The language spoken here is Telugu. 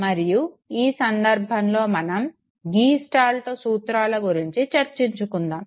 మరియు ఈ సందర్భంలో మనం గీస్టాల్ట్ సూత్రాల గురించి చర్చించుకుందాము